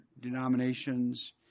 denominations